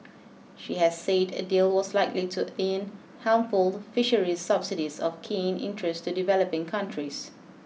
she has said a deal was likely to end harmful fisheries subsidies of keen interest to developing countries